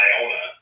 Iona